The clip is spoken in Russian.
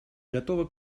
готова